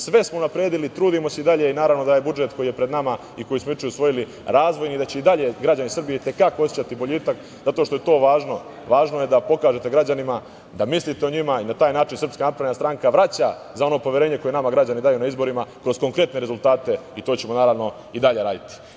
Sve smo unapredili, trudimo se i dalje i naravno da je budžet koji je pred nama i koji smo juče usvojili razvojni i da će i dalje građani Srbije i te kako osećati boljitak zato što je to važno, važno je da pokažete građanima da mislite o njima i na taj način SNS vraća za ono poverenje koje nama građani daju na izborima kroz konkretne rezultate i to ćemo naravno i dalje raditi.